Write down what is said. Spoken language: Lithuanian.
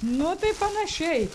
nu tai panašiai